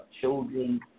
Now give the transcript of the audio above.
children